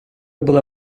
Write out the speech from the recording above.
була